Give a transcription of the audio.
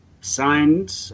signed